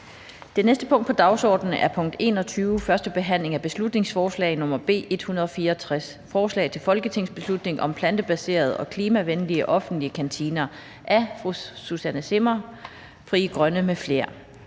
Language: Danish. Det næste punkt på dagsordenen er: 21) 1. behandling af beslutningsforslag nr. B 164: Forslag til folketingsbeslutning om plantebaserede og klimavenlige offentlige kantiner. Af Susanne Zimmer (FG) m.fl.